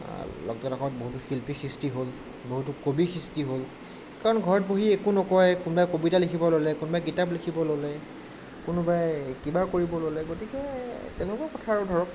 লকডাউনৰ সময়ত বহুতো শিল্পীৰ সৃষ্টি হ'ল বহুতো কবিৰ সৃষ্টি হ'ল কাৰণ ঘৰত বহি একো নকৰে কোনোবাই কবিতা লিখিবলৈ ল'লে কোনোবাই কিতাপ লিখিবলৈ ল'লে কোনোবাই কিবা কৰিবলৈ ল'লে গতিকে তেনেকুৱা কথা আৰু ধৰক